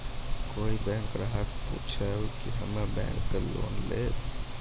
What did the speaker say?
कोई बैंक ग्राहक पुछेब की हम्मे बैंक से लोन लेबऽ?